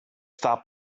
stop